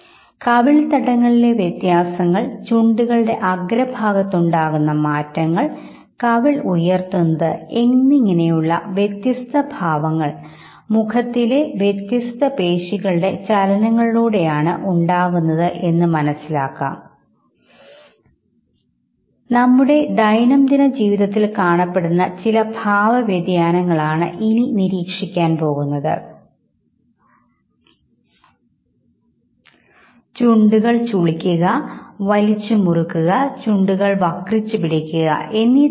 പ്രകൃതിയിലെ അതിലെ സാംസ്കാരിക അവസ്ഥകളെ സാങ്കേതികവിദ്യയെ തിരിച്ചറിയാൻ സാധിക്കും എന്നാൽ ഇത്തരം സാംസ്കാരിക ഘടകങ്ങൾ തന്നെയാണ് നാം എന്ത് തരത്തിലുള്ള ഭാവങ്ങൾ എത്രമാത്രം പ്രകടിപ്പിക്കണംഏത് ഭാവങ്ങൾ പ്രകടിപ്പിക്കരുതെന്ന് നിശ്ചയിക്കുന്നത് ഉദാഹരണത്തിന് ജപ്പാനിലെ ജനങ്ങൾ അവരുടെ നെഗറ്റീവ് വികാരങ്ങൾ ഒരു സ്മൈലി ഉപയോഗിച്ച് മറയ്ക്കുവാൻ